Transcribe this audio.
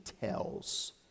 tells